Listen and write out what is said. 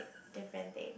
different thing